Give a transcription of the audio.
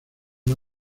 una